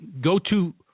go-to